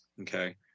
okay